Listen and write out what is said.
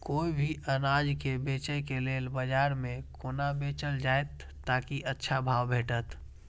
कोय भी अनाज के बेचै के लेल बाजार में कोना बेचल जाएत ताकि अच्छा भाव भेटत?